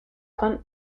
punt